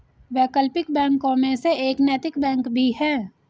वैकल्पिक बैंकों में से एक नैतिक बैंक भी है